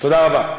תודה רבה.